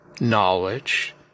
knowledge